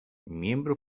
miembro